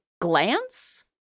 glance